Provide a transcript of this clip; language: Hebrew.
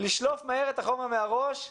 לשלוף מהר את החומר מהראש,